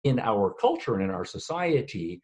In our culture in our society